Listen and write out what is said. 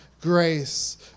grace